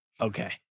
Okay